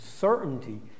certainty